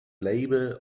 label